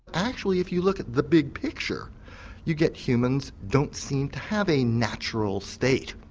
actually if you look at the big picture you get humans don't seem to have a natural state.